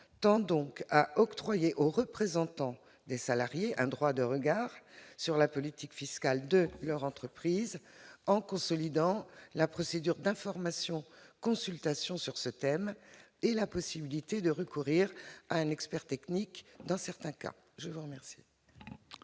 tend donc à octroyer aux représentants des salariés un droit de regard sur la politique fiscale de leur entreprise en consolidant la procédure d'information et de consultation sur ce thème et en offrant la possibilité de recourir, dans certains cas, à un expert